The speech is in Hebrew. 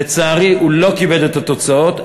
ולצערי הוא לא כיבד את התוצאות.